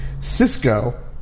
Cisco